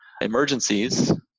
emergencies